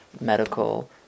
Medical